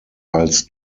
als